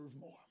more